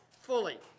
fully